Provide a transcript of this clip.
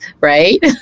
right